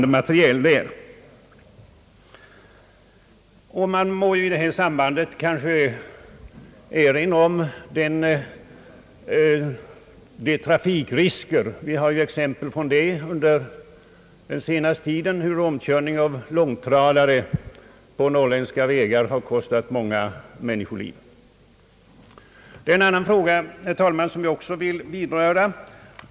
Jag kan kanske också i detta sammanhang erinra om de trafikrisker som föreligger på landsvägarna. Det finns exempel på hur omkörning av långtradare på norrländska vägar under den senaste tiden har kostat många människoliv. Det är en annan fråga, herr talman, som jag också vill vidröra.